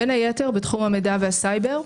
בין היתר בתחום המידע והסייבר.